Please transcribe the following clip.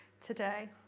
today